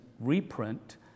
reprint